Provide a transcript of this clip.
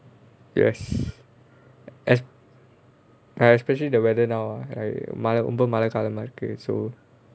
yes es~ ya especially the weather now ah I மழை வந்து மழை காலமா இருக்கு:mazhai vanthu mazhai kaalamaa irukku so